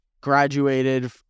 graduated